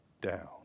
down